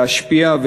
להשפיע,